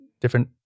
different